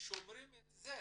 שומרים את זה